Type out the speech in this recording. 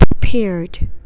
prepared